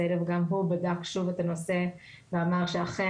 גם הוא בדק שוב את הנושא ואמר שאכן